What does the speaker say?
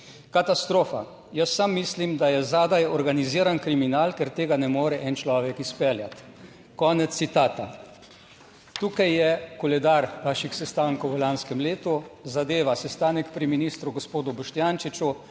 katastrofa. Jaz sam mislim, da je zadaj organiziran kriminal, ker tega ne more en človek izpeljati. Konec citata. Tukaj je koledar vaših sestankov v lanskem letu, zadeva sestanek pri ministru gospodu Boštjančiču,